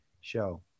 show